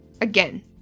Again